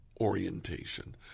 orientation